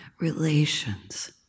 relations